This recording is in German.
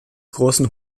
großen